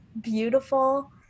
beautiful